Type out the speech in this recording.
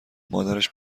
مادرش